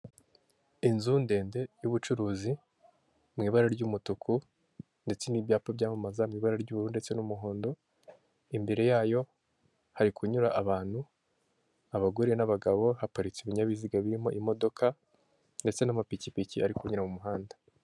iyi ni inzu nziza yo mu bwoko bwa etaje igerekeranyijemo inshuro ebyiri igizwe n'amabara y'umuhondo amadirishya ni umukara n'inzugi nuko ifite imbuga nini ushobora gukiniramo wowe nabawe mwishimana.